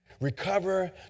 Recover